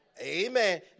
Amen